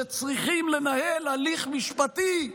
שצריכים לנהל הליך משפטי,